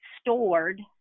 stored